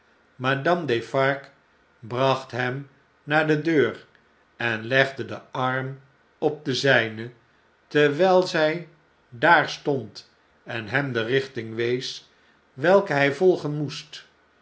madame defarge bracht hem naar de deur en legde den arm op den zjjne terwn'l zj daar stond en hem de richting wees welke hn volgen moest